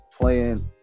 playing